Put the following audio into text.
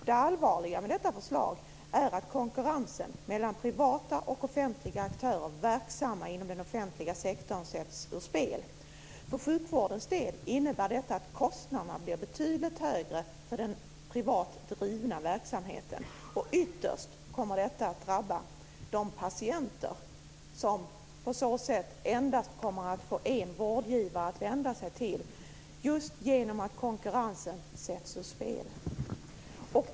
Det allvarliga med detta förslag är att konkurrensen mellan privata och offentliga aktörer verksamma inom den offentliga sektorn sätts ur spel. För sjukvårdens del innebär detta att kostnaderna blir betydligt högre för den privat drivna verksamheten, och ytterst kommer detta att drabba de patienter som på så sätt endast kommer att få en vårdgivare att vända sig till, just genom att konkurrensen sätts ur spel.